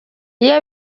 iyo